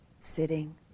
sitting